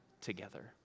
together